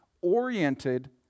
oriented